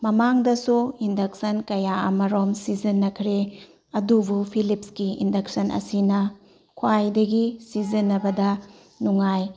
ꯃꯃꯥꯡꯗꯁꯨ ꯏꯟꯗꯛꯁꯟ ꯀꯌꯥ ꯑꯃꯔꯣꯝ ꯁꯤꯖꯤꯟꯅꯈ꯭ꯔꯦ ꯑꯗꯨꯕꯨ ꯐꯤꯂꯤꯞꯁꯀꯤ ꯏꯟꯗꯛꯁꯟ ꯑꯁꯤꯅ ꯈ꯭ꯋꯥꯏꯗꯒꯤ ꯁꯤꯖꯤꯟꯅꯕꯗ ꯅꯨꯡꯉꯥꯏ